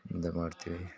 ಮುಂದೆ ಮಾಡ್ತೀವಿ